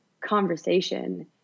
conversation